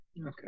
Okay